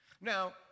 Now